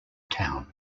town